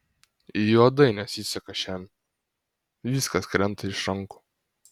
juodai nesiseka šiandien viskas krenta iš rankų